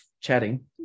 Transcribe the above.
chatting